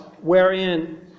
wherein